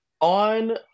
on